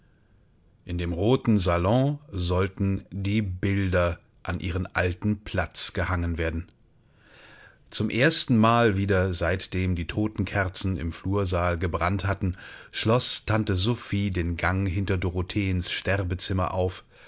in dem roten salon sollten die bilder an ihren alten platz gehangen werden zum erstenmal wieder seitdem die totenkerzen im flursal gebrannt hatten schloß tante sophie den gang hinter frau dorotheens sterbezimmer auf